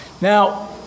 Now